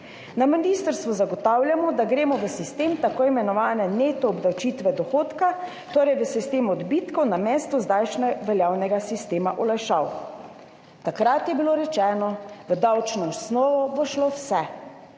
Na ministrstvu zagotavljamo, da gremo v sistem tako imenovane neto obdavčitve dohodka, torej v sistem odbitkov namesto zdaj veljavnega sistema olajšav.« Takrat je bilo rečeno, da bo v davčno osnovo šlo vse,